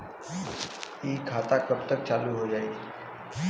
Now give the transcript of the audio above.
इ खाता कब तक चालू हो जाई?